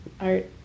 Art